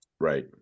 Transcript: Right